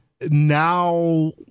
now